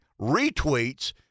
retweets